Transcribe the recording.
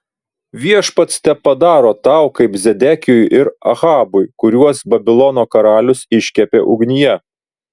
viešpats tepadaro tau kaip zedekijui ir ahabui kuriuos babilono karalius iškepė ugnyje